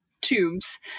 tubes